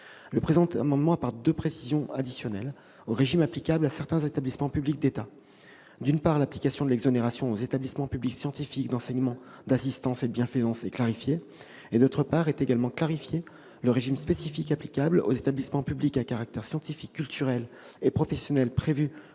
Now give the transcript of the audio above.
Le présent amendement apporte deux précisions additionnelles au régime applicable à certains établissements publics d'État : d'une part, l'application de l'exonération aux établissements publics scientifiques, d'enseignement, d'assistance et de bienfaisance est clarifiée ; d'autre part, est également clarifié le régime spécifique applicable aux établissements publics à caractère scientifique, culturel et professionnel prévu par l'article